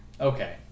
Okay